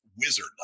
wizard